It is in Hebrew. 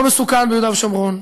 לא מסוכן ביהודה ושומרון.